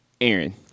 Aaron